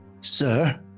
Sir